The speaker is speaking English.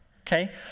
Okay